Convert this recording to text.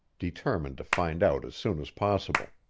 determined to find out as soon as possible.